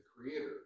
Creator